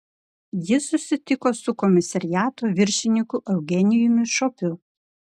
jis susitiko su komisariato viršininku eugenijumi šopiu